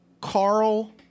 Carl